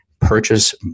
purchase